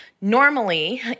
Normally